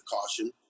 caution